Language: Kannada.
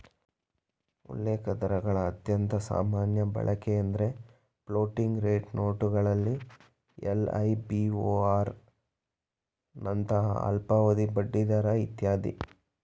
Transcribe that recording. ಉಲ್ಲೇಖದರಗಳ ಅತ್ಯಂತ ಸಾಮಾನ್ಯ ಬಳಕೆಎಂದ್ರೆ ಫ್ಲೋಟಿಂಗ್ ರೇಟ್ ನೋಟುಗಳಲ್ಲಿ ಎಲ್.ಐ.ಬಿ.ಓ.ಆರ್ ನಂತಹ ಅಲ್ಪಾವಧಿ ಬಡ್ಡಿದರ ಇತ್ಯಾದಿ